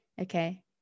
Okay